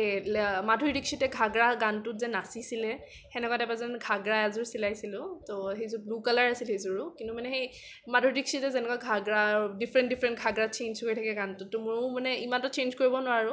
এই লে মাধুৰী দীক্ষিতে ঘাগৰা গানটোত যে নাচিছিলে সেনেকুৱা টাইপৰ যেন ঘাগৰা এযোৰ চিলাইছিলোঁ তো সেইযোৰ ব্লু কালাৰ আছিলে সেইযোৰো কিন্তু মানে সেই মাধুৰী দীক্ষিতে যেনেকুৱা ঘাগৰা ডিফৰেণ্ট ডিফৰেণ্ট ঘাগৰা চেইঞ্জ হৈ থাকে গানটোত তো মোৰো মানে ইমানটো চেইঞ্জ কৰিব নোৱাৰোঁ